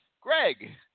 Greg